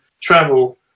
travel